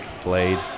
played